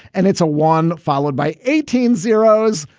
and it's a one followed by eighteen zeros.